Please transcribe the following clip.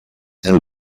and